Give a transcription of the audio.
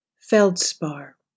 Feldspar